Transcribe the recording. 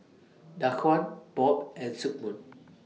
Daquan Bob and Sigmund